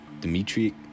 Dimitri